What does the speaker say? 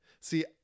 See